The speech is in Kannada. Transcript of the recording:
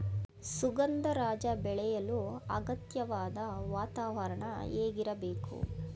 ಸುಗಂಧರಾಜ ಬೆಳೆಯಲು ಅಗತ್ಯವಾದ ವಾತಾವರಣ ಹೇಗಿರಬೇಕು?